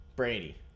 Brady